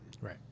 Right